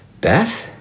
Beth